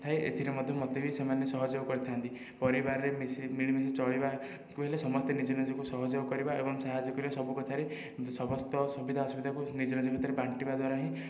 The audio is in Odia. ଥାଏ ଏଥିରେ ମଧ୍ୟ ମୋତେ ସେମାନେ ସହଯୋଗ କରିଥାନ୍ତି ପରିବାରରେ ମିଶି ମିଳିମିଶି ଚଳିବାକୁ ହେଲେ ସମସ୍ତେ ନିଜ ନିଜକୁ ସହଯୋଗ କରିବା ଏବଂ ସାହାଯ୍ୟ କରିବାରେ ସବୁ କଥାରେ ସମସ୍ତ ସୁବିଧା ଅସୁବିଧା ନିଜ ନିଜ ଭିତରେ ବାଣ୍ଟିବା ଦ୍ୱାରା ହିଁ